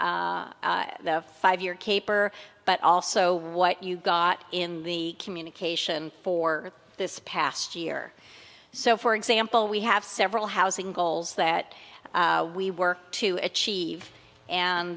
the five year caper but also what you got in the communication for this past year so for example we have several housing goals that we work to achieve and